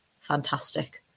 fantastic